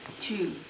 Two